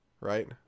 right